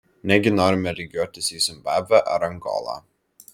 negi norime lygiuotis į zimbabvę ar angolą